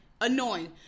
Annoying